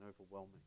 overwhelming